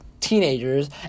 teenagers